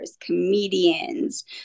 comedians